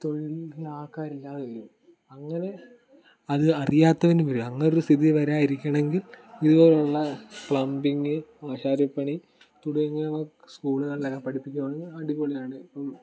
തൊഴിലിന് ആൾക്കാർ ഇല്ലാതെ വരും അങ്ങനെ അത് അറിയാത്തവന് വേണ്ടി അങ്ങനെ ഒരു സ്ഥിതി വരാതിരിക്കണമെങ്കിൽ ഇതുപോലെയുള്ള പ്ലംബിംഗ് ആശാരിപ്പണി തുടങ്ങിയവ സ്കൂളുകളിൽ പഠിപ്പിക്കുകയാണെങ്കിൽ അടിപൊളിയാണ് ഇപ്പം